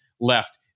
left